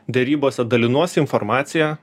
derybose dalinuosi informacija